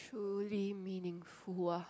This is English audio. truly meaningful ah